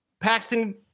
Paxton